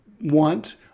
want